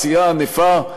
עשייה ענפה,